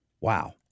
Wow